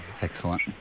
Excellent